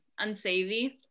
unsavvy